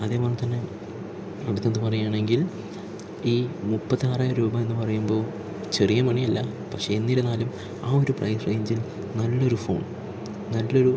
അതേപോലെതന്നെ അടുത്തത് പറയുകയാണെങ്കിൽ ഈ മുപ്പത്താറായിരം രൂപയെന്ന് പറയുമ്പോൾ ചെറിയ മണി അല്ല പക്ഷെ എന്നിരുന്നാലും ആ ഒരു പ്രൈസ് റേഞ്ചിൽ നല്ലൊരു ഫോൺ നല്ലൊരു